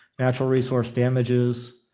natural resource damages,